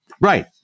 Right